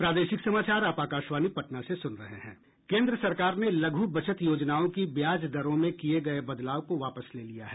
से कार्य कर केन्द्र सरकार ने लघु बचत योजनाओं की ब्याज दरों में किए गए बदलाव को वापस ले लिया है